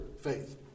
faith